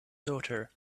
daughter